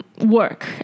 work